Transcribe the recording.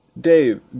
Dave